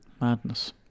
madness